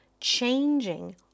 changing